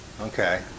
Okay